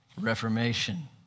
reformation